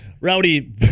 Rowdy